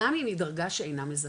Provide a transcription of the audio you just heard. גם אם היא דרגה שאינה מזכה,